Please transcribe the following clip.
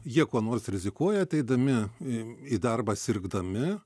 jie kuo nors rizikuoja ateidami į į darbą sirgdami